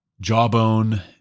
jawbone